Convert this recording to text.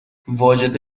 واجد